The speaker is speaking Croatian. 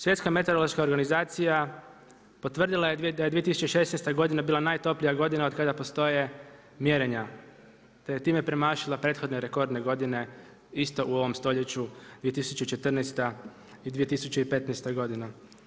Svjetska meteorološka organizacija potvrdila je da je 2016. godina bila najtoplija godina od kada postoje mjerenja te je time premašila prethodne rekordne godine isto u ovom stoljeću 2014. i 2015. godina.